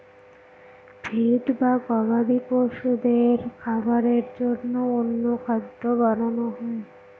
feed বা গবাদি পশুদের খাবারের জন্য অন্য খাদ্য বানানো হয়